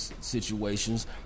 situations